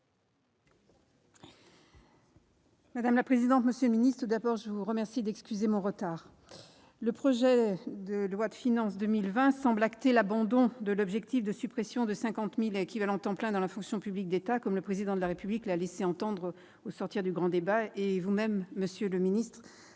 Madame la présidente, monsieur le secrétaire d'État, mes chers collègues, je vous prie d'excuser mon retard. Le projet de loi de finances pour 2020 semble enregistrer l'abandon de l'objectif de suppression de 50 000 équivalents temps plein dans la fonction publique d'État, comme le Président de la République l'a laissé entendre au sortir du grand débat. Vous-même, monsieur le secrétaire